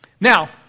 Now